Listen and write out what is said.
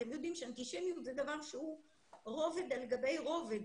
אתם יודעים שאנטישמיות זה דבר שהוא רובד על גבי רובד,